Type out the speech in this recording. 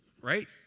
Right